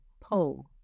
pull